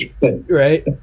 right